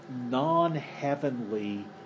non-heavenly